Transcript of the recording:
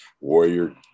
warrior